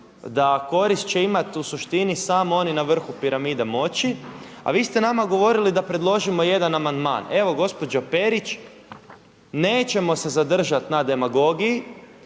sa korist će imati u suštini samo oni na vrhu piramide moći, a vi ste nama govorili da predložimo jedan amandman. Evo gospođo Perić nećemo se zadržati na demagogiji,